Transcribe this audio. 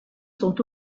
sont